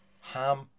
Ham